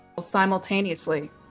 simultaneously